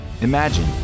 Imagine